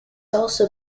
also